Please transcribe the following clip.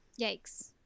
yikes